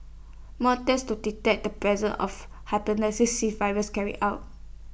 more tests to detect the presence of Hepatitis C virus carried out